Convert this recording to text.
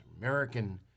American